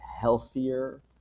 healthier